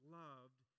loved